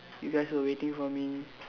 you guys were waiting for me